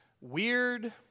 weird